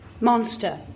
Monster